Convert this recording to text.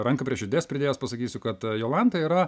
ranką prie širdies pridėjęs pasakysiu kad jolanta yra